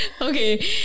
Okay